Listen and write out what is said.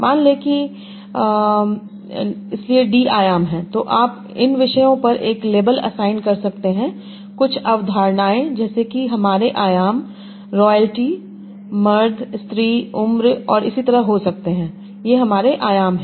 मान लें कि इसलिए डी आयाम हैं तो आप इन विषयों पर एक लेबल असाइन कर सकते हैं कुछ अवधारणाएं जैसे कि हमारे आयाम रॉयल्टी मर्द स्त्री उम्र और इसी तरह हो सकते हैं ये हमारे आयाम हैं